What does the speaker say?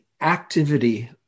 activity